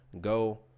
go